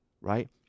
right